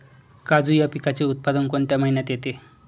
काजू या पिकाचे उत्पादन कोणत्या महिन्यात येते?